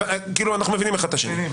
אנחנו מבינים אחד את השני.